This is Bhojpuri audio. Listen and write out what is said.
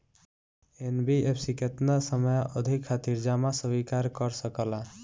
एन.बी.एफ.सी केतना समयावधि खातिर जमा स्वीकार कर सकला?